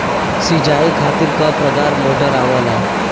सिचाई खातीर क प्रकार मोटर आवेला?